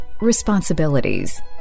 responsibilities